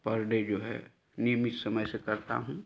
पर डे जो है नियमित समय से करता हूँ